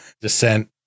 descent